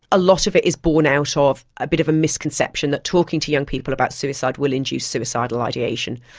a lot of it is born out ah of a bit of a misconception that talking to young people about suicide will induce suicidal ideation.